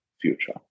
future